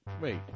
wait